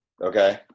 Okay